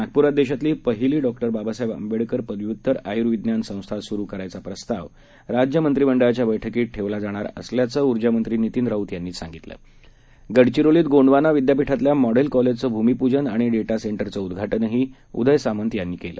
नागप्रात देशातली पहिली डॉ बाबासाहेब आंबेडकर पदव्युत्तर आयुर्विज्ञान संस्था सुरु करण्याचा प्रस्ताव राज्य मंत्रिमंडळाच्या बैठकीत ठेवला जाणार असल्याचं ऊर्जामंत्री नितीन राऊत यांनी सांगितलं गडचिरोलीत गोंडवाना विद्यापठातल्या मॉडेल कॉलेजचं भूमिपूजन आणि डेटा सेंटरचे उद्वाटनही उदय सामंत यांनी आज केलं